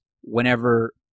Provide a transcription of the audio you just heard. whenever